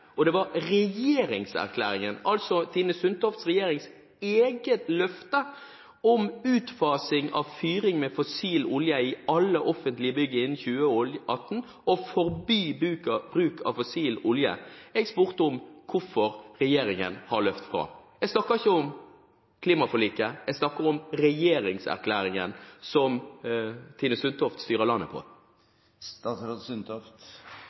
og det var regjeringserklæringen – altså Tine Sundtofts regjerings eget løfte om utfasing av fyring med fossil olje i alle offentlige bygg innen 2018, og forby bruk av fossil olje – jeg spurte om hvorfor regjeringen har løpt fra. Jeg snakker ikke om klimaforliket, jeg snakker om regjeringserklæringen, som Tine Sundtoft styrer landet på.